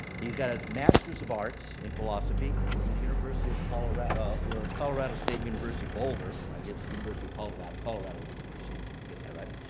he got his master's of arts in philosophy from the university of you know it's colorado state university, boulder, i guess university of colorado, colorado university, i'll get that right.